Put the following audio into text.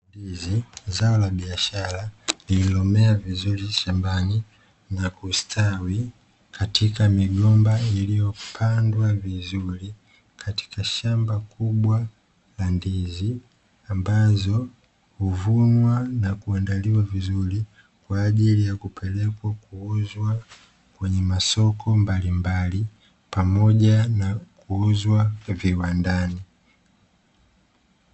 Zao la biashara lililomea vizuri shambani na kustawi katika migomba iliyopandwa vizuri katika shamba kubwa la ndizi, ambazo huvunwa na kuandaliwa vizuri kwa ajili ya kupelekwa kuuzwa kwenye masoko mbalimbali pamoja na kuuzwa viwandani.